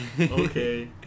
Okay